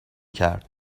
کرد